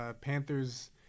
Panthers